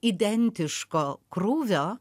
identiško krūvio